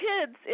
kids